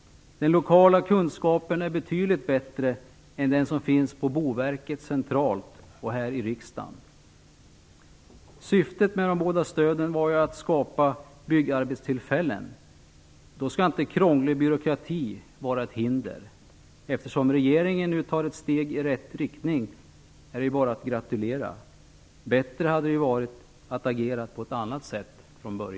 Den lokala kunskapen är betydligt bättre än den kunskap som finns centralt på Boverket och här i riksdagen. Syftet med de båda stöden var att skapa byggarbetstillfällen. Då skall inte krånglig byråkrati vara ett hinder. Regeringen tar nu ett steg i rätt riktning, och det är bara att gratulera till det. Bättre hade dock varit att från början agera på ett annat sätt.